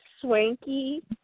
Swanky